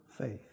faith